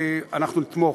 אנחנו נתמוך.